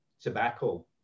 Tobacco